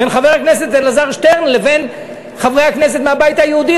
בין חבר הכנסת אלעזר שטרן לבין חברי הכנסת מהבית היהודי,